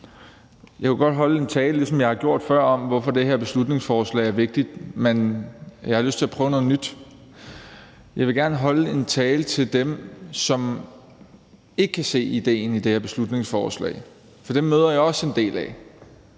jeg har gjort før, om, hvorfor det her beslutningsforslag er vigtigt, men jeg har lyst til at prøve noget nyt. Jeg vil gerne holde en tale til dem, som ikke kan se idéen i det her beslutningsforslag, for dem møder jeg også en del af